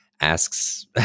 asks